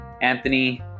Anthony